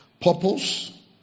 Purpose